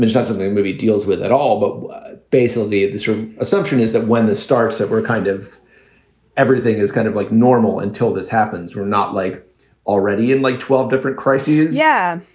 and constantly movie deals with it all. but basically this assumption is that when the starts that we're kind of everything is kind of like normal until this happens, we're not like already in like twelve different crises. yeah.